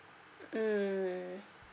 mm